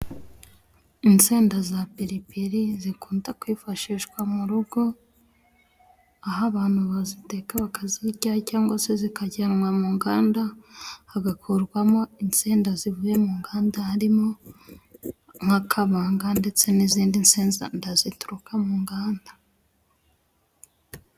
Insenda z'apiripiri zikunda kwifashishwa mu rugo aho abantu baziteka bakazirya cyangwa se zikajyanwa mu nganda hagakurwamo insenda zivuye mu nganda harimo nkakabanga ndetse n'izindida zituruka mu nganda.